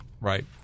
Right